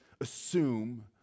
assume